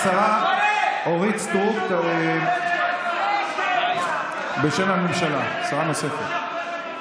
השרה אורית סטרוק, בשם הממשלה, שרה נוספת.